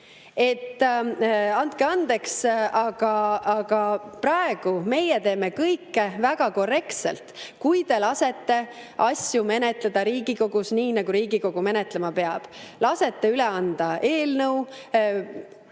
Andke andeks, aga praegu meie teeme kõike väga korrektselt, kui te lasete asju menetleda Riigikogus nii, nagu Riigikogu menetlema peab: lasete üle anda eelnõu,